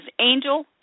Angel